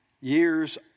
years